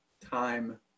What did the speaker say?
time